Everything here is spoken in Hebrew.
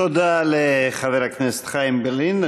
תודה לחבר הכנסת חיים ילין.